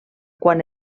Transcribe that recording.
quan